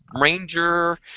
ranger